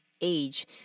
age